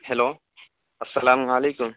hello السلام علیکم